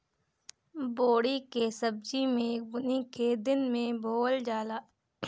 बोड़ी के सब्जी मेघ बूनी के दिन में बोअल जाला